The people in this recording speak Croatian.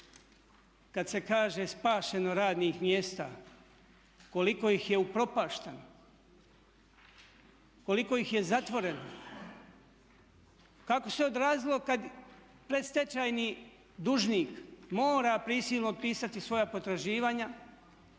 kad se kaže spašeno radnih mjesta, koliko ih je upropašteno, koliko ih je zatvoreno, kako se odrazilo kad predstečajni dužnik mora prisilno otpisati svoja potraživanja,